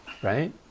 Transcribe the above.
Right